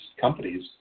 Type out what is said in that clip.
companies